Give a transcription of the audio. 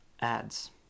ads